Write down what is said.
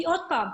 כי עוד פעם,